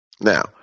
Now